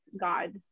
God